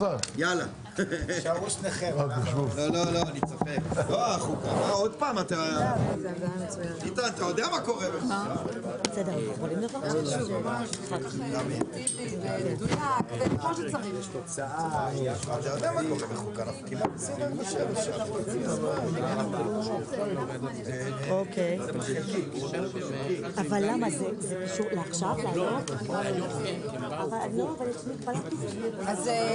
ננעלה בשעה 13:15.